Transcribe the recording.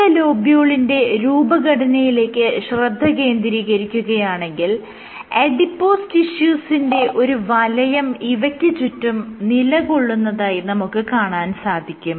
പ്രസ്തുത ലോബ്യൂളിന്റെ രൂപഘടനയിലേക്ക് ശ്രദ്ധ കേന്ദ്രീകരിക്കുകയാണെങ്കിൽ അഡിപോസ് ടിഷ്യൂസിന്റെ ഒരു വലയം ഇവയ്ക്ക് ചുറ്റും നിലകൊള്ളുന്നതായി നമുക്ക് കാണാൻ സാധിക്കും